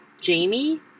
Jamie